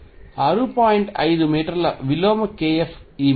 5 మీటర్ల విలోమ kF ఈ మీటర్ విలోమం అని చెప్పండి